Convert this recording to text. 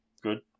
Good